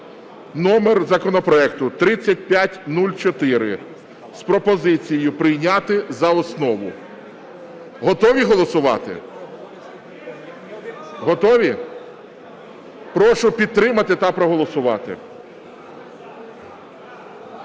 (номер законопроекту 3504) з пропозицією прийняти за основу. Готові голосувати? Готові? Прошу підтримати та проголосувати.